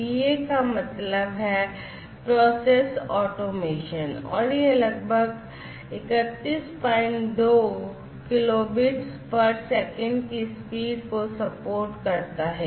PA का मतलब process automation है और यह लगभग 312Kbps की स्पीड को सपोर्ट करता है